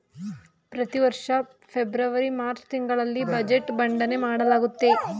ಪ್ರತಿವರ್ಷ February March ತಿಂಗಳಲ್ಲಿ budget ಮಂಡನೆ ಮಾಡಲಾಗುತ್ತೆ